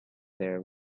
their